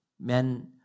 Men